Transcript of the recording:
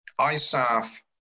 ISAF